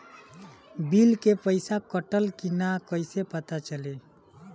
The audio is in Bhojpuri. बिल के पइसा कटल कि न कइसे पता चलि?